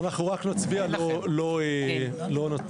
אנחנו רק נצביע; לא ננמק.